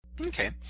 Okay